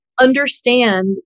understand